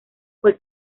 fue